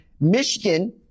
Michigan